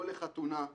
או לחתונה,